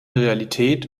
realität